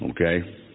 okay